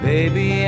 Baby